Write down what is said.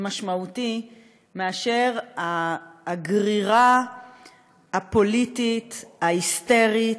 משמעותי מהגרירה הפוליטית ההיסטרית,